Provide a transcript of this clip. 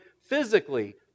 physically